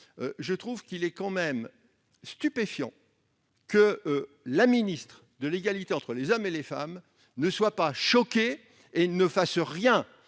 je trouve tout de même stupéfiant que la ministre de l'égalité entre les hommes et les femmes ne soit pas choquée par une